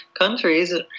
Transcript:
countries